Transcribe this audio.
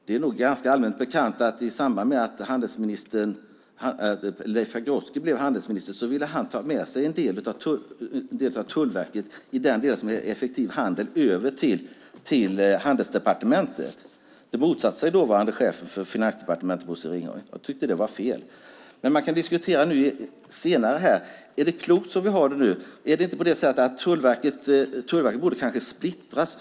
Det är nog allmänt bekant att Leif Pagrotsky i samband med att han blev handelsminister ville ta med sig en del av Tullverket, den del som omfattar effektiv handel, till Handelsdepartementet. Det motsatte sig dåvarande chefen för Finansdepartementet Bosse Ringholm. Jag tyckte att det var fel. Det kan diskuteras om det är klokt att ha det såsom det är nu. Tullverket borde kanske splittras.